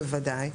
בוודאי,